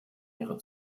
ihrer